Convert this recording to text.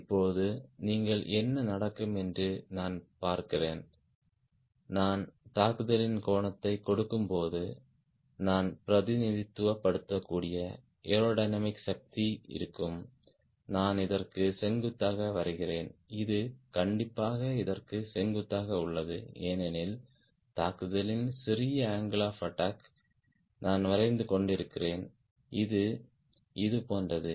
இப்போது நீங்கள் என்ன நடக்கும் என்று நான் பார்க்கிறேன் நான் அங்கிள் ஆப் அட்டாக் கொடுக்கும்போது a நான் பிரதிநிதித்துவப்படுத்தக்கூடிய ஏரோடைனமிக் சக்தி இருக்கும் நான் இதற்கு செங்குத்தாக வரைகிறேன் இது கண்டிப்பாக இதற்கு செங்குத்தாக உள்ளது ஏனெனில் தாக்குதலின் சிறிய அங்கிள் ஆப் அட்டாக் நான் வரைந்து கொண்டிருக்கிறேன் இது இது போன்றது